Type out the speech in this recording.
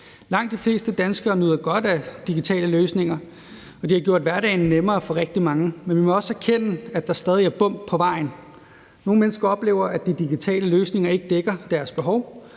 Langt de fleste danskere nyder godt af digitale løsninger, og det har gjort hverdagen nemmere for rigtig mange, men vi må også erkende, at der stadig er bump på vejen. Nogle mennesker oplever, at de digitale løsninger ikke dækker deres behov,